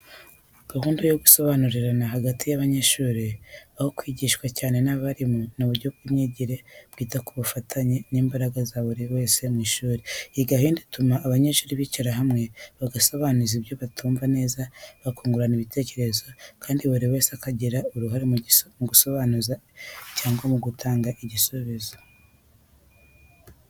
Gahunda yo gusobanurirana hagati y’abanyeshuri aho kwigishwa cyane n’abarimu ni uburyo bw’imyigire bwita ku bufatanye n’imbaraga za buri wese mu ishuri. Iyo gahunda ituma abanyeshuri bicara hamwe, bagasobanuza ibyo batumva neza, bakungurana ibitekerezo kandi buri wese akagira uruhare mu gusobanura cyangwa mu gutanga igisubizo.